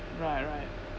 right right